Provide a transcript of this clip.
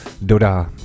dodá